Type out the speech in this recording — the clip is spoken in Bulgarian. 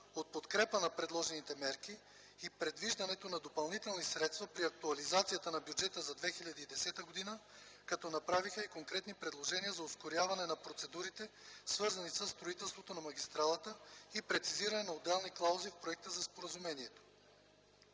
от подкрепа на предложените мерки и предвиждането на допълнителни средства при актуализацията на бюджета за 2010 г., като направиха и конкретни предложения за ускоряване на процедурите, свързани със строителството на магистралата и прецизиране на отделни клаузи в Проекта за споразумението.